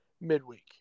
midweek